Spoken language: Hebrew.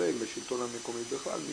השלטון המקומי ובכלל כל מי